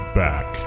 back